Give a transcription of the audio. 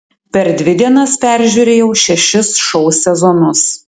per dvi dienas peržiūrėjau šešis šou sezonus